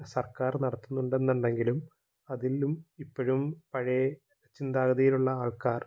സര്ക്കാര് നടത്തുന്നുണ്ടെന്നുണ്ടെങ്കിലും അതിലും ഇപ്പോഴും പഴയ ചിന്താഗതിയിലുള്ള ആള്ക്കാര്